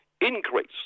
increase